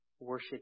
worship